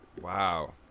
Wow